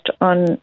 on